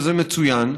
וזה מצוין,